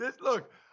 Look